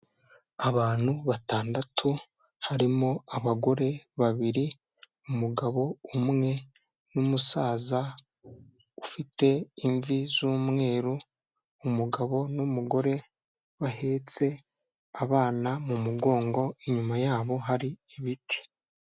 Abantu batandatu harimo abagore babiri, umugabo umwe n'umusaza ufite imvi z'umweru, umugabo n'umugore bahetse abana mu mugongo inyuma yabo hari ibiti.